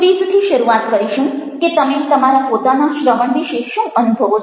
ક્વિઝથી શરૂઆત કરીશું કે તમે તમારા પોતાના શ્રવણ વિશે શું અનુભવો છો